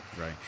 right